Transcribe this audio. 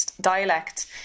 dialect